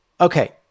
Okay